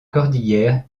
cordillère